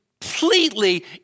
Completely